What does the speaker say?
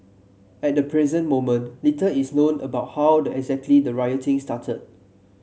at the present moment little is known about how the exactly the rioting started